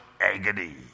agony